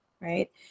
right